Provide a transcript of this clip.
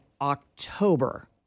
October